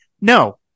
no